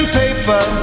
paper